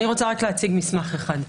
אני רוצה להציג מסמך אחד: